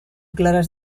claras